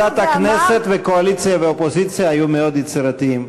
ועדת הכנסת והקואליציה והאופוזיציה היו מאוד יצירתיות.